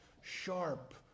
sharp